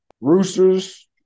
Roosters